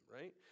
right